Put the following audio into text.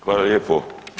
Hvala lijepo.